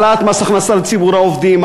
העלאת מס הכנסה לציבור העובדים,